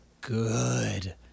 Good